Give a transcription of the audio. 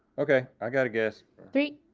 okay, i got a guess. three,